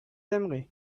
aimeraient